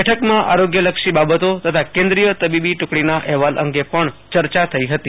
બેઠક માં આરોગ્યલક્ષી બાબતો તથા કેન્દ્રીય તબીબી ટુકડીના અહેવાલ અંગે પણ ચર્ચા થઈ હતો